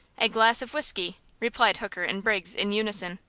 a glass of whiskey! replied hooker and briggs in unison.